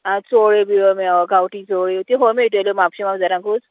आं चोव्यो बिवळ्यो म्हळ्या गांवठी चोव त्यो खंय मेळटल्यो म्हापश्या मागारांकूच